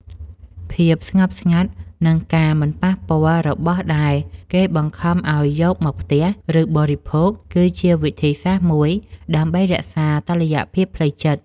ភាពស្ងប់ស្ងាត់និងការមិនប៉ះពាល់របស់ដែលគេបង្ខំឱ្យយកមកផ្ទះ ឬបរិភោគ គឺជាវិធីសាស្ត្រមួយដើម្បីរក្សាតុល្យភាពផ្លូវចិត្ត។